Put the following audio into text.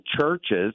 churches